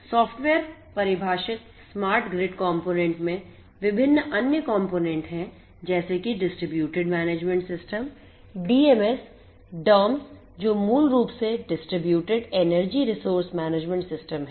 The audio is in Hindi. सॉफ़्टवेयर परिभाषित स्मार्ट ग्रिड components में विभिन्न अन्य component हैं जैसे कि Distributed Management System DMS DERMS जो मूल रूप से Distributed Energy Resource Management System हैं